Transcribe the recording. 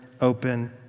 open